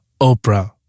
Oprah